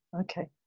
okay